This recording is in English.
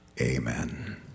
amen